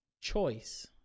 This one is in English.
choice